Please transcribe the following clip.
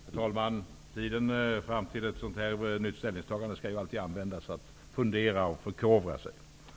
Herr talman! Tiden fram till ett nytt ställningstagande skall ju alltid användas till att fundera och förkovra sig.